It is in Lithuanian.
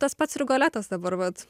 tas pats rigoletas dabar vat